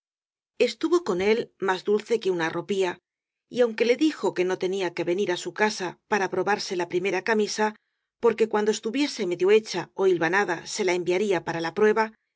estuvo con él más dulce que una arropía y aunque le dijo que no tenía que venir á su casa para probarse la pri mera camisa porque cuando estuviese medio he cha ó hilvanada se la enviaría para la prueba